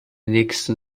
nächsten